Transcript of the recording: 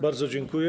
Bardzo dziękuję.